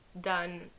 done